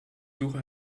suche